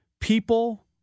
people